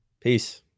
peace